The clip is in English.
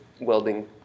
welding